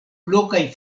lokaj